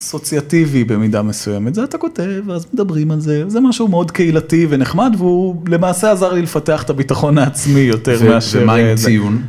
אסוציאטיבי במידה מסוימת זה אתה כותב ואז מדברים על זה זה משהו מאוד קהילתי ונחמד והוא למעשה עזר לי לפתח את הביטחון העצמי יותר מאשר, ומה עם ציון.